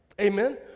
Amen